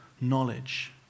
knowledge